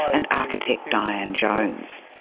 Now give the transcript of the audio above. and architect diane jones.